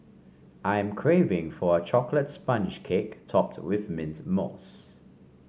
I am craving for a chocolate sponge cake topped with mint mousse